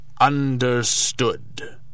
Understood